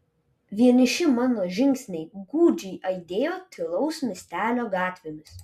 vieniši mano žingsniai gūdžiai aidėjo tylaus miestelio gatvėmis